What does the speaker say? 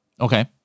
Okay